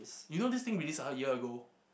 you know this thing released a year ago